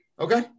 Okay